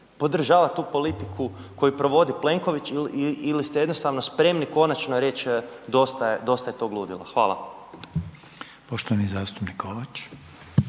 podržavati tu politiku koju provodi Plenković ili ste jednostavno spremni konačno reći dosta je tog ludila? Hvala. **Reiner,